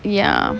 ya